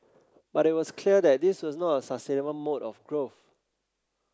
but it was clear that this was not a sustainable mode of growth